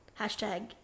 Hashtag